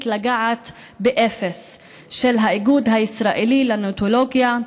לגעת באפס של האיגוד הישראלי לנאונטולוגיה,